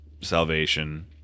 Salvation